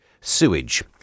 Sewage